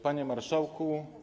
Panie Marszałku!